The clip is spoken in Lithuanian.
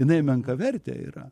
jinai menkavertė yra